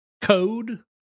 code